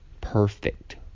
perfect